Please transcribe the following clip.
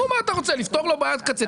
מה אתה רוצה, לפתור לו בעיית קצה?